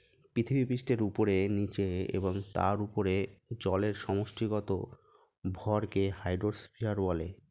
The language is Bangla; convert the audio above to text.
পৃথিবীপৃষ্ঠের উপরে, নীচে এবং তার উপরে জলের সমষ্টিগত ভরকে হাইড্রোস্ফিয়ার বলে